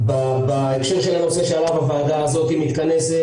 בהקשר של הנושא שעליו הוועדה הזאת מתכנסת,